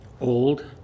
old